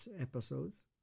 episodes